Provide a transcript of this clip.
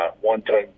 one-ton